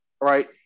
right